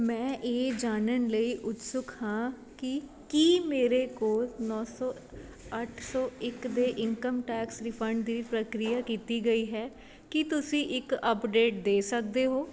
ਮੈਂ ਇਹ ਜਾਣਨ ਲਈ ਉਤਸੁਕ ਹਾਂ ਕਿ ਕੀ ਮੇਰੇ ਕੋਲ ਨੌਂ ਸੌ ਅੱਠ ਸੌ ਇੱਕ ਦੇ ਇਨਕਮ ਟੈਕਸ ਰਿਫੰਡ ਦੀ ਪ੍ਰਕਿਰਿਆ ਕੀਤੀ ਗਈ ਹੈ ਕੀ ਤੁਸੀਂ ਇੱਕ ਅਪਡੇਟ ਦੇ ਸਕਦੇ ਹੋ